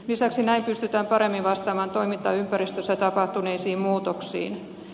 lisäksi näin pystytään paremmin vastaamaan toimintaympäristössä tapahtuneisiin muutoksiin